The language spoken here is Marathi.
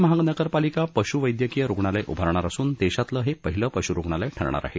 मुंबई महानगर पालिका पश् वैद्यकीय रुग्णालय उभारणार असून देशातलं हे पहिलं पश् रुग्णालय ठरणार आहे